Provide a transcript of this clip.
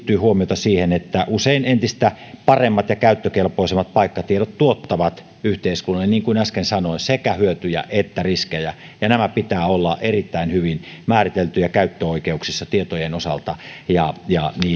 huomiota siihen että usein entistä paremmat ja käyttökelpoisemmat paikkatiedot tuottavat yhteiskunnalle niin kuin äsken sanoin sekä hyötyjä että riskejä ja näiden pitää olla erittäin hyvin määriteltyjä käyttöoikeuksissa tietojen osalta ja ja niin